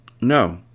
No